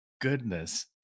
goodness